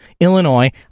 Illinois